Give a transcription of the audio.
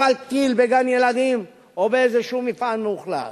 נפל טיל בגן-ילדים או באיזה מפעל מאוכלס.